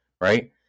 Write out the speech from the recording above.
right